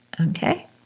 Okay